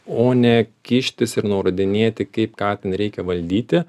o ne kištis ir nurodinėti kaip ką ten reikia valdyti